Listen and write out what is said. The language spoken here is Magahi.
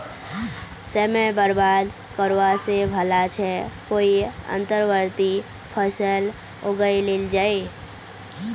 समय बर्बाद करवा स भला छ कोई अंतर्वर्ती फसल उगइ लिल जइ